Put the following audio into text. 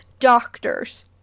doctors